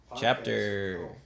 chapter